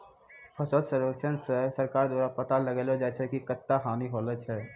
फसल सर्वेक्षण से सरकार द्वारा पाता लगाय छै कि कत्ता हानि होलो छै